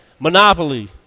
monopoly